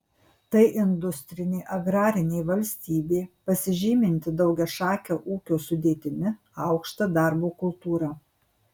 tai industrinė agrarinė valstybė pasižyminti daugiašake ūkio sudėtimi aukšta darbo kultūra